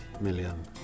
million